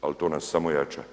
ali to nas samo jača.